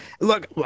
Look